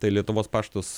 tai lietuvos paštas